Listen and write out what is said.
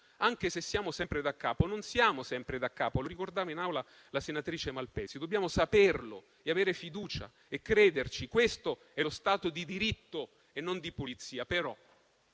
Anche se siamo sempre daccapo, non siamo sempre daccapo, come ricordava la senatrice Malpezzi. Dobbiamo saperlo, avere fiducia e crederci. Questo è lo Stato di diritto e non di polizia.